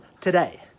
today